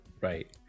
right